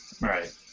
Right